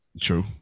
True